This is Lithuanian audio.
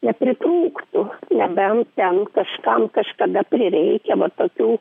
nepritrūktų nebent ten kažkam kažkada prireikia va tokių